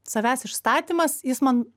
savęs išstatymas jis man